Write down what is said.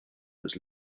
was